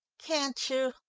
can't you?